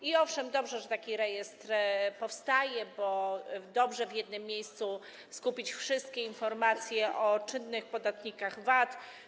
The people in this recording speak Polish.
I owszem, dobrze, że taki rejestr powstaje, bo to dobrze w jednym miejscu skupić wszystkie informacje o czynnych podatnikach VAT.